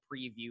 preview